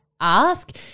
ask